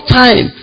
time